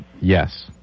Yes